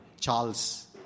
Charles